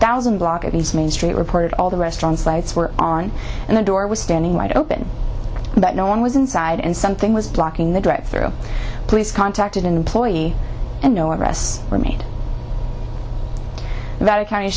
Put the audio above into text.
thousand block of its main street reported all the restaurants lights were on and the door was standing right open but no one was inside and something was blocking the drive through police contacted an employee and no arrests were made about a